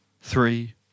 Three